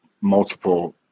multiple